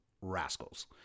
rascals